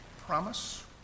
promise